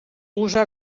usa